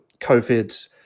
COVID